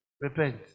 Repent